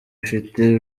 ifite